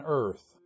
earth